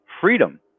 freedom